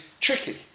tricky